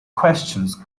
questions